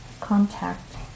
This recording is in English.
contact